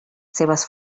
seves